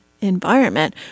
environment